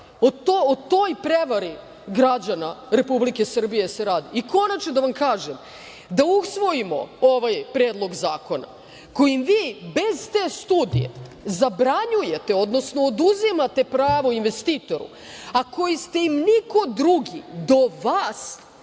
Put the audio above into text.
O toj prevari građana Republike Srbije se radi. Konačno, da vam kažem, da usvojimo ovaj Predlog zakona, kojim vi bez te studije zabranjujete, odnosno oduzimate pravo investitoru, a koji ste im, niko drugi do vas,